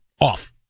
off